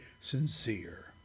sincere